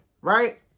right